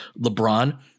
LeBron